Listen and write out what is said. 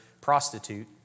prostitute